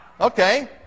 Okay